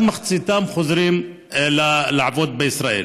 רק מחציתם חוזרים לעבוד בישראל.